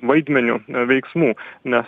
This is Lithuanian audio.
vaidmeniu veiksmų nes